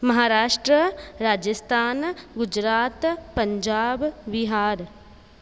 Maharashtra Rajasthan Gujarat Punjab Bihar